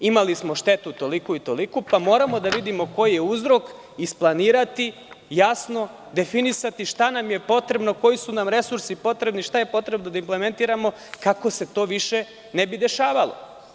Imali smo štetu toliku i toliku, moramo da vidimo koji je uzrok, isplanirati, jasno definisati šta nam je potrebno, koji su nam resursi potrebni, šta je potrebno da implementiramo kako se to više ne bi dešavalo.